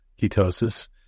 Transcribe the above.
ketosis